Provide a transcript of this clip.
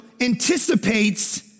anticipates